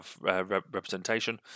representation